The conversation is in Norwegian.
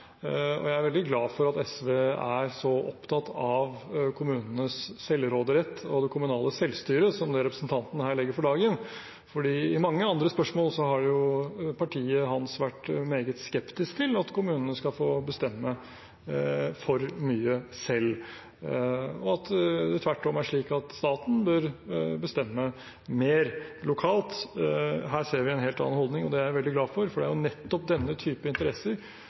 veldig glad for at SV er så opptatt av kommunenes selvråderett og det kommunale selvstyret som det representanten her legger for dagen. I mange andre spørsmål har jo partiet hans vært meget skeptisk til at kommunene skal få bestemme for mye selv, og tvert om ment at staten bør bestemme mer lokalt. Her ser vi en helt annen holdning. Det er jeg veldig glad for, for det er jo nettopp denne typen interesser